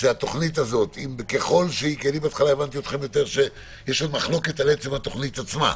שהתוכנית הזאת בהתחלה הבנתי שיש מחלוקת על עצם התוכנית עצמה.